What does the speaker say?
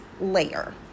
layer